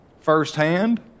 firsthand